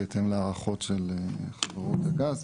בהתאם להערכות של חברות הגז,